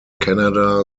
canada